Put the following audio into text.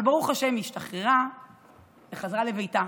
אבל ברוך השם היא השתחררה וחזרה לביתה,